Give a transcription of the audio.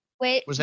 Wait